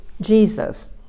jesus